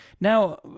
Now